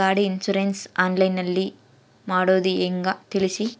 ಗಾಡಿ insurance online ನಲ್ಲಿ ಮಾಡ್ಸೋದು ಹೆಂಗ ತಿಳಿಸಿ?